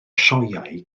sioeau